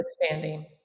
expanding